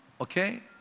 okay